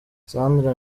sandra